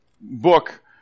book